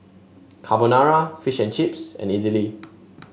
Carbonara Fish and Chips and Idili